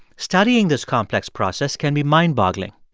studying this complex process can be mind-boggling.